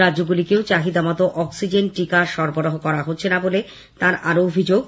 রাজ্যগুলিকেও চাহিদা মতো অস্কিজেন টিকা সরবরাহ করা হচ্ছে না বলে তাঁর আরও অভিযোগ